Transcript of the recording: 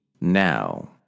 now